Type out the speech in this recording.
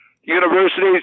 universities